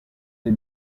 des